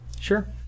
Sure